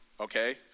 okay